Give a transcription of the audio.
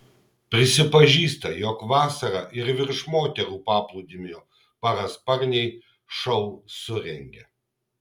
prisipažįsta jog vasarą ir virš moterų paplūdimio parasparniai šou surengia